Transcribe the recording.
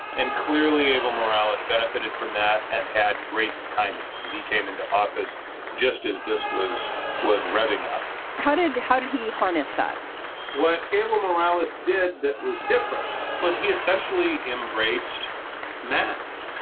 and clearly evo morales benefited from that and had great timing maybe came into office just as this was was revving up how did how did he harness that what evo morales did that was different was he essentially embraced madoff.